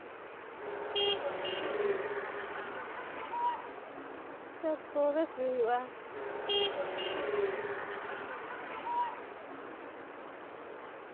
ᱦᱩᱸ ᱪᱟᱥ ᱠᱚᱫᱚ ᱪᱮᱫ ᱦᱩᱭᱩᱜᱼᱟ